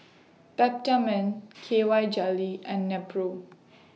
Peptamen K Y Jelly and Nepro